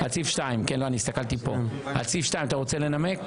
על סעיף 2. אתה רוצה לנמק?